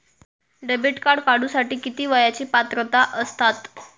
Debit card काढूसाठी किती वयाची पात्रता असतात?